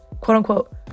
quote-unquote